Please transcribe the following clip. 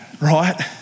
right